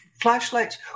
flashlights